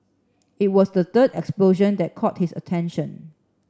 it was the third explosion that caught his attention